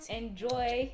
enjoy